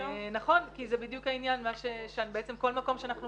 כי זה בדיוק העניין בעצם כל מקום שאנחנו